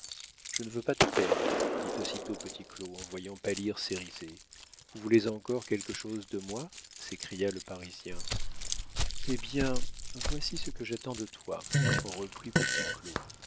je ne veux pas te perdre dit aussitôt petit claud en voyant pâlir cérizet vous voulez encore quelque chose de moi s'écria le parisien eh bien voici ce que j'attends de toi reprit